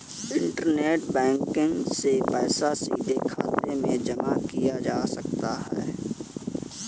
internet banking से पैसा सीधे खाते में जमा किया जा सकता है